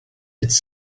its